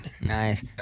Nice